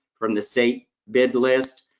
from the state bid list.